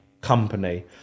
company